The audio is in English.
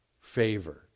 favor